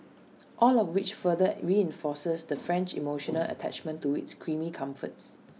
all of which further reinforces the French emotional attachment to its creamy comforts